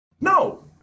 No